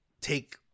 take